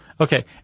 Okay